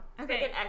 Okay